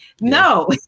no